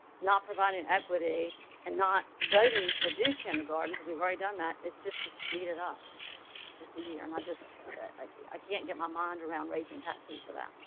not providing equity and not voting to do kindergarten cuz we've already done that. it's just a speed. it up just a year and i just ah i can't get my mind around raising taxes for that.